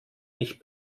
nicht